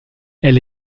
elle